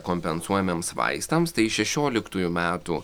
kompensuojamiems vaistams tai šešioliktųjų metų